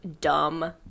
dumb